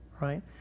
right